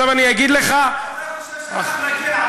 אתה חושב שיש מישהו,